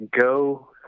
go